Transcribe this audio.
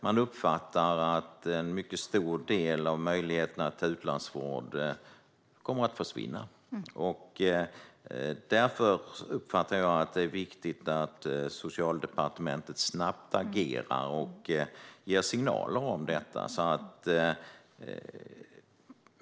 Man uppfattar att en mycket stor del av möjligheterna till utlandsvård kommer att försvinna. Därför är det viktigt att Socialdepartementet agerar snabbt och ger signaler om detta.